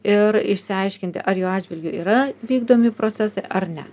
ir išsiaiškinti ar jo atžvilgiu yra vykdomi procesai ar ne